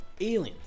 aliens